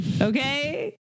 Okay